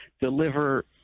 deliver